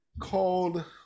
called